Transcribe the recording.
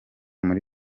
muri